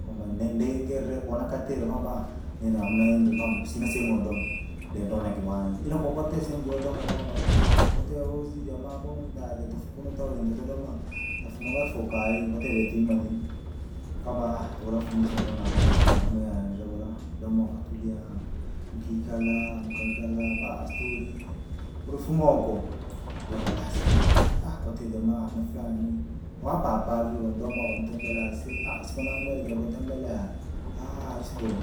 Kwamba nindi ngire kona katile kwamba, nine hamna endri kwamba kusina sehemu ya udoma, nidoma na kiwanja ila kokwati sehemu judoma kwamba, kuti uzi jamaa kuno jajetufu kuno ntodoma tafuma golfo kai kote vetimajiri, kwamba tulafuma isiko ndonakonasuma yamwiya nzukula, domoka tulia mukikala, mkaikala basi tuli. Ulifuma uko, dokavahesabu ta aaha kwati jamaa ani flani, wahapahapa vi waudoma wamtembelea aisee isiko namwele jokutembelea, aaha isiko ili